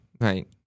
right